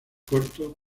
corto